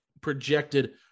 projected